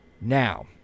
now